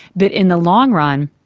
but in the long run,